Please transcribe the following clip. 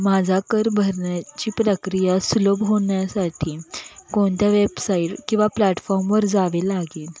माझा कर भरण्याची प्रक्रिया सुलभ होण्यासाठी कोणत्या वेबसाईट किंवा प्लॅटफॉमवर जावे लागेल